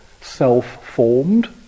self-formed